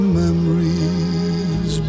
memories